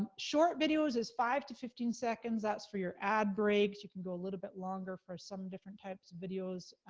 um short videos is five to fifteen seconds, that's for your ad breaks, you can go a little bit longer for some different types of videos.